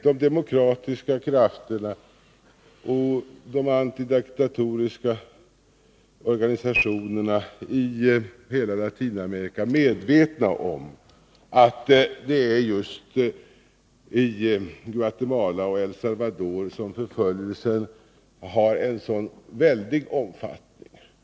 De demokratiska krafterna och de antidiktatoriska organisationerna i hela Latinamerika är medvetna om att det just är i Guatemala och El Salvador som förföljelsen har en så stor omfattning.